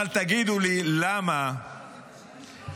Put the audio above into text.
אבל תגידו לי, למה צעיר